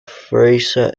fraser